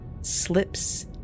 slips